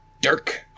Dirk